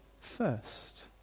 first